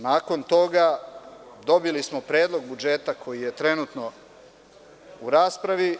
Nakon toga, dobili smo predlog budžeta koji je trenutno u raspravi.